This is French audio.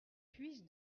puisse